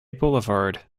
boulevard